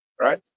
right